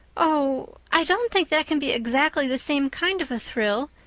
oh, i don't think that can be exactly the same kind of a thrill.